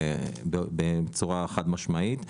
בצורה חד משמעית,